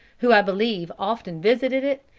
who i believe often visited it,